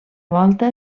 volta